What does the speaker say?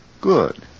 Good